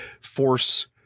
force